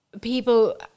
people